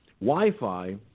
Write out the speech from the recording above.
Wi-Fi